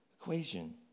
equation